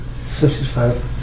55